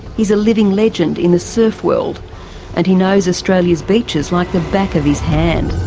he's a living legend in the surf world and he knows australia's beaches like the back of his hand.